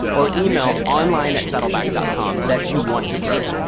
or email online at saddleback dot com that you want to grow.